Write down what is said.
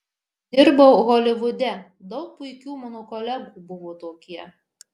dirbau holivude daug puikių mano kolegų buvo tokie